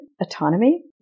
autonomy